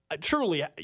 truly